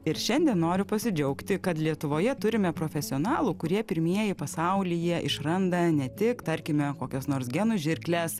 ir šiandien noriu pasidžiaugti kad lietuvoje turime profesionalų kurie pirmieji pasaulyje išranda ne tik tarkime kokias nors genų žirkles